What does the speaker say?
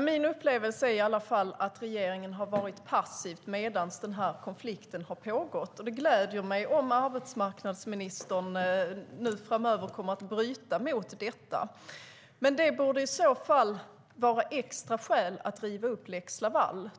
Min upplevelse är att regeringen har varit passiv medan den här konflikten har pågått. Det gläder mig om arbetsmarknadsministern nu framöver kommer att bryta denna passivitet. Det borde i så fall vara ett extra skäl att riva upp lex Laval.